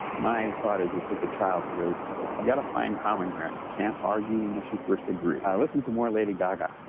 my thought is, it takes a child to raise the village. you've gotta find common ground. you can't argue unless you first agree. i listen to more lady gaga